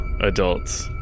adults